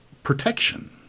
protection